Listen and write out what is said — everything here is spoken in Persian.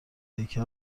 هیکل